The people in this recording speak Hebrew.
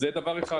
זה דבר אחד.